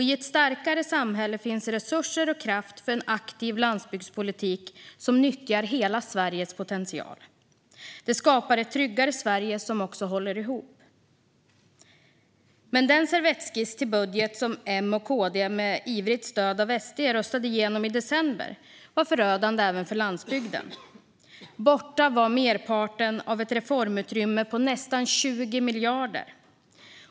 I ett starkare samhälle finns resurser och kraft för en aktiv landsbygdspolitik som nyttjar hela Sveriges potential. Det skapar ett tryggare Sverige som också håller ihop. Men den servettskiss till budget som M och KD med ivrigt stöd av SD röstade igenom i december var förödande för landsbygden. Borta var merparten av ett reformutrymme på nästan 20 miljarder.